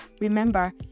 Remember